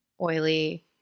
oily